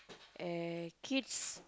eh kids